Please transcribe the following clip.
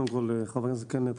חבר הכנסת קלנר,